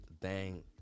bang